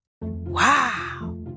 Wow